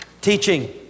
Teaching